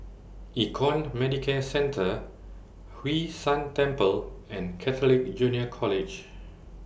Econ Medicare Centre Hwee San Temple and Catholic Junior College